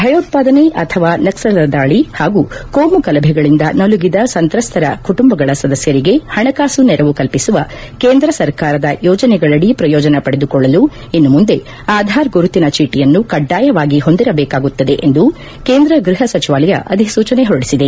ಭಯೋತ್ಪಾದನೆ ಅಥವಾ ನಕ್ಸಲರ ದಾಳಿ ಹಾಗೂ ಕೋಮು ಗಲಭೆಗಳಿಂದ ನಲುಗಿದ ಸಂತ್ರಸ್ತರ ಕುಟುಂಬಗಳ ಸದಸ್ಯರಿಗೆ ಹಣಕಾಸು ನೆರವು ಕಲ್ಲಿಸುವ ಕೇಂದ ಸರ್ಕಾರದ ಯೋಜನೆಗಳಡಿ ಪ್ರಯೋಜನ ಪಡೆದುಕೊಳ್ಳಲು ಇನ್ನು ಮುಂದೆ ಆಧಾರ್ ಗುರುತಿನ ಚೀಟಿಯನ್ನು ಕಡ್ಡಾಯವಾಗಿ ಹೊಂದಿರಬೇಕಾಗುತ್ತದೆ ಎಂದು ಕೇಂದ್ರ ಗೃಹ ಸಚಿವಾಲಯ ಅಧಿಸೂಚನೆ ಹೊರಡಿಸಿದೆ